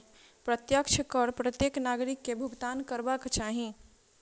प्रत्यक्ष कर प्रत्येक नागरिक के भुगतान करबाक चाही